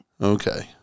Okay